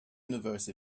universe